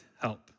help